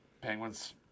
Penguins